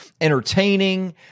entertaining